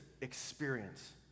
experience